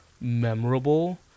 memorable